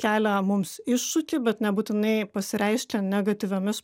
kelia mums iššūkį bet nebūtinai pasireiškia negatyviomis